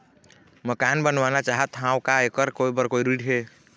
मकान बनवाना चाहत हाव, का ऐकर बर कोई ऋण हे?